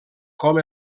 com